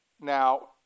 Now